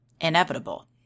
inevitable